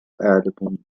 أعلم